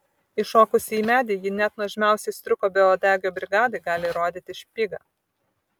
įšokusi į medį ji net nuožmiausiai striukio beuodegio brigadai gali rodyti špygą